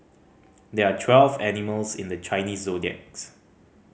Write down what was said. there are twelve animals in the Chinese zodiacs